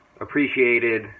appreciated